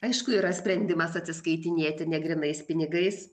aišku yra sprendimas atsiskaitinėti negrynais pinigais